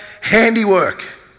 handiwork